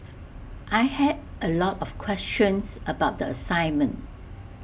I had A lot of questions about the assignment